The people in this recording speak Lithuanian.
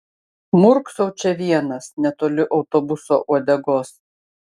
murksau čia vienas netoli autobuso uodegos